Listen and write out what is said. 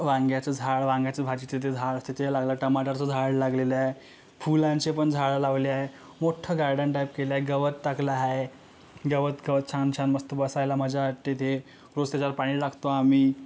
वांग्याचं झाड वांग्याचं भाजीचं जे झाड असतं ते लागलं टमाटरचं झाड लागलेलं आहे फुलांचे पण झाडं लावले आहे मोठ्ठं गार्डन टाईप केलंय गवत टाकलं हाय गवतगवत छानछान मस्त बसायला मजा वाटते ते रोज त्याच्यावर पाणी टाकतो आम्ही